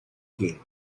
game